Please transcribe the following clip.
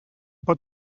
pot